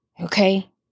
Okay